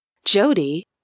Jody